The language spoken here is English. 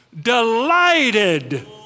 delighted